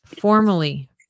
Formally